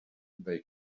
they